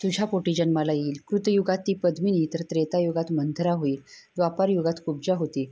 तुझ्या पोटी जन्माला येईल कृतयुगात ती पद्मिनी तर त्रेतायुगात मंथरा होईल द्वापार युगात कुब्जा होती